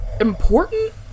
important